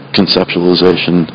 conceptualization